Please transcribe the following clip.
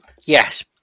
Yes